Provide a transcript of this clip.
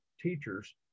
teachers